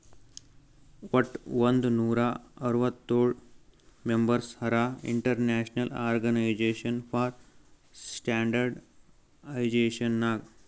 ವಟ್ ಒಂದ್ ನೂರಾ ಅರ್ವತ್ತೋಳ್ ಮೆಂಬರ್ಸ್ ಹರಾ international organization for standardization Nag